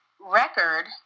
record